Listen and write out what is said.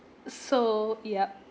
so yup